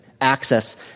access